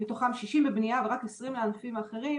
מתוכם 60 בבנייה ורק 20 בענפים האחרים,